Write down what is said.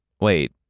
Wait